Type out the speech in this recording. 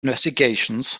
investigations